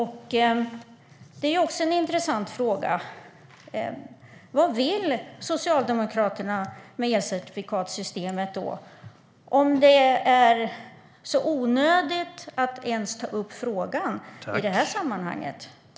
Det är också en intressant fråga. Vad vill Socialdemokraterna med elcertifikatssystemet om det nu är så onödigt att ens ta upp frågan i det här sammanhanget?